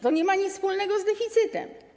To nie ma nic wspólnego z deficytem.